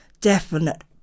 Definite